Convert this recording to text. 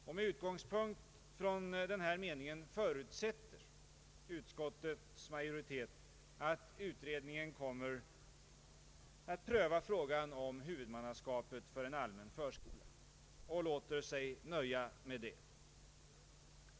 Med utgångspunkt i denna del i direktiven förutsätter utskottets majoritet att utredningen kommer att pröva frågan om huvudmannaskapet för en allmän förskola samt låter sig nöja med detta.